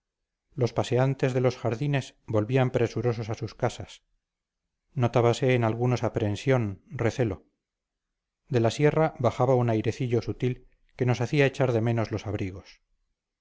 los paseantes de los jardines volvían presurosos a sus casas notábase en algunos aprensión recelo de la sierra bajaba un airecillo sutil que nos hacía echar de menos los abrigos